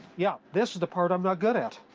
yeah this is the part i'm not good at.